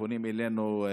פונים אלינו,